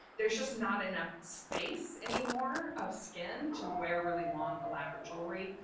there's just not enough space anymore of skin to wear really long elaborate jewelry,